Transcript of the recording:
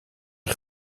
een